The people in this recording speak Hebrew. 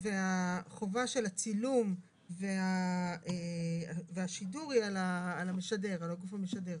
והחובה של הצילום והשידור היא על הגוף המשדר.